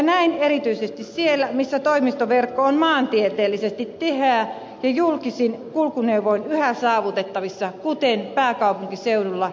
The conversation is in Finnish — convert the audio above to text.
näin erityisesti siellä missä toimistoverkko on maantieteellisesti tiheä ja julkisin kulkuneuvoin yhä saavutettavissa kuten pääkaupunkiseudulla ja helsingissä